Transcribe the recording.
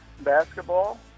basketball